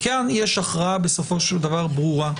וכאן בסופו של דבר יש הכרעה ברורה,